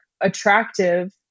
attractive